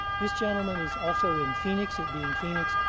this gentleman is also in phoenix. it being phoenix,